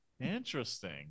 Interesting